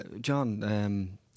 John